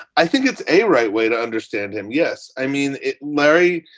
i think it's a right way to understand him. yes. i mean it, larry.